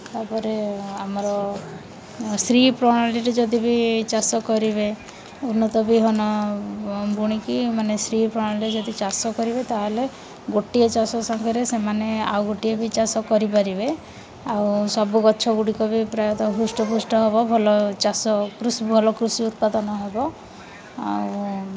ତା'ପରେ ଆମର ଶ୍ରୀ ପ୍ରଣାଳୀରେ ଯଦି ବି ଚାଷ କରିବେ ଉନ୍ନତ ବିହନ ବୁଣିକି ମାନେ ଶ୍ରୀ ପ୍ରଣାଳୀରେ ଯଦି ଚାଷ କରିବେ ତା'ହେଲେ ଗୋଟିଏ ଚାଷ ସାଙ୍ଗରେ ସେମାନେ ଆଉ ଗୋଟିଏ ବି ଚାଷ କରିପାରିବେ ଆଉ ସବୁ ଗଛଗୁଡ଼ିକ ବି ପ୍ରାୟତଃ ହୃଷ୍ଟପୃଷ୍ଟ ହେବ ଭଲ ଚାଷ କୃଷି ଭଲ କୃଷି ଉତ୍ପାଦନ ହେବ ଆଉ